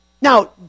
Now